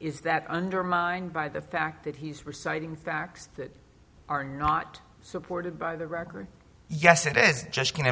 is that undermined by the fact that he's reciting facts that are not supported by the record yes it is just c